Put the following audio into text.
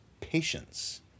Patience